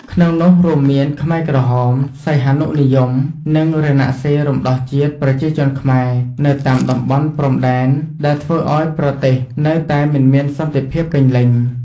ក្នុងនោះ រួមមានខ្មែរក្រហម សីហនុនិយម និង រណសិរ្សរំដោះជាតិប្រជាជនខ្មែរ នៅតាមតំបន់ព្រំដែន ដែលធ្វើឱ្យប្រទេសនៅតែមិនមានសន្តិភាពពេញលេញ។